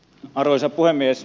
arvoisa puhemies